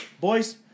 boys